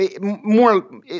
more